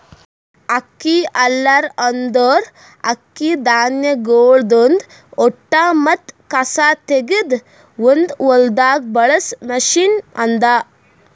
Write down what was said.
ಅಕ್ಕಿ ಹಲ್ಲರ್ ಅಂದುರ್ ಅಕ್ಕಿ ಧಾನ್ಯಗೊಳ್ದಾಂದ್ ಹೊಟ್ಟ ಮತ್ತ ಕಸಾ ತೆಗೆದ್ ಒಂದು ಹೊಲ್ದಾಗ್ ಬಳಸ ಮಷೀನ್ ಅದಾ